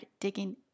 digging